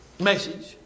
message